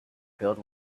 filled